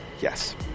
yes